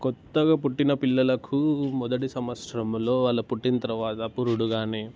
కొత్తగా పుట్టిన పిల్లలకు మొదట సంవత్సరంలో వాళ్ళు పుట్టిన తరువాత పురుడు కానీ